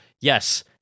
yes